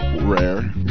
Rare